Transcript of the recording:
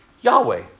Yahweh